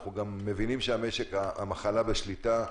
אנחנו גם מבינים שהמחלה בשליטה,